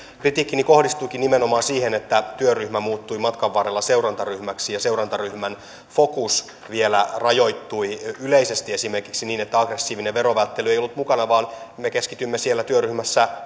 kritiikkini kohdistuikin nimenomaan siihen että työryhmä muuttui matkan varrella seurantaryhmäksi ja seurantaryhmän fokus vielä rajoittui yleisesti esimerkiksi niin että aggressiivinen verovälttely ei ollut mukana vaan me keskitymme siellä työryhmässä